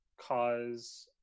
cause